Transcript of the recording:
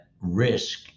risk